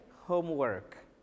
Homework